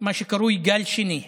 מה שקרוי "גל שני".